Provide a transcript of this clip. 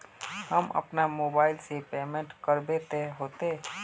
हम अपना मोबाईल से पेमेंट करबे ते होते?